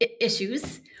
issues